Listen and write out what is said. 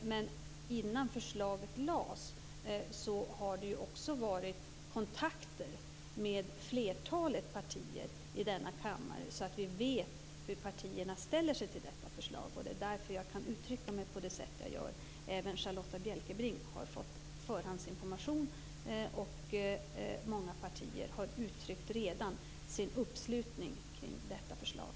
Men innan förslaget lades fram har det också förekommit kontakter med flertalet partier här i kammaren för att vi skall veta hur partierna ställer sig till detta förslag. Det är därför jag kan uttrycka mig på det sätt som jag gör. Även Charlotta Bjälkebring har fått förhandsinformation. Många partier har redan uttryckt sin uppslutning kring detta förslag.